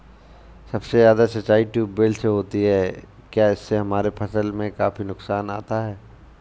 सबसे ज्यादा सिंचाई ट्यूबवेल से होती है क्या इससे हमारे फसल में काफी नुकसान आता है?